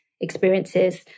experiences